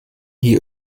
hier